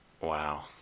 Wow